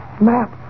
Map